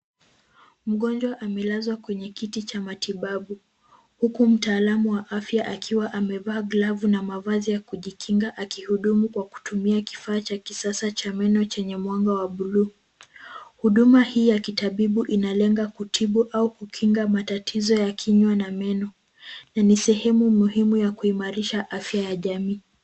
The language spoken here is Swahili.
Mgonjwa amelazwa kwenye kiti cha matibabu huku mtaalamu wa afya akiwa amevaa glavu na mavazi ya kujikinga akihudumu kwa kutumia kifaa cha kisasa chenye mwanga wa buluu . Huduma hii ya kitabibu inalenga kutibu au kukinga matatizo ya kinywa na meno na ni sehemu muhimu ya kuimarisha afya ya jamii.